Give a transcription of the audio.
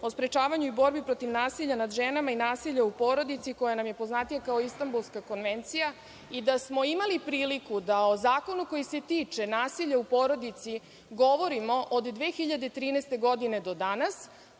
o sprečavanju i borbi protiv nasilja nad ženama i nasilja u porodici, koja nam je poznatija kao Istambulska konvencija i da smo imali priliku da o zakonu koji se tiče nasilja u porodici govorimo od 2013. godine do danas,